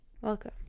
Welcome